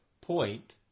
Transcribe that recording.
point